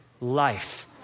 life